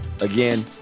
Again